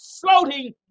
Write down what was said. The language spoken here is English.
floating